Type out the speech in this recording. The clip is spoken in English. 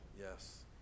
Yes